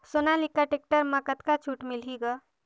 Sonalika tractor म कतका छूट मिलही ग?